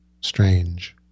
strange